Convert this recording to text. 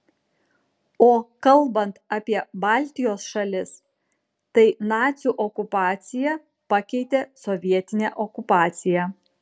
o kalbant apie baltijos šalis tai nacių okupacija pakeitė sovietinę okupaciją